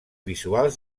visuals